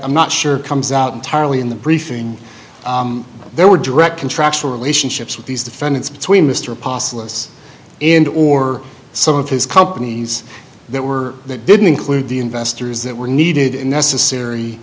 'm not sure comes out entirely in the briefing there were direct contractual relationships with these defendants between mr apostles and or some of his companies that were that didn't include the investors that were needed and necessary